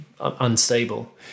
unstable